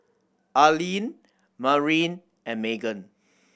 Allean Marin and Magen